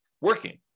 working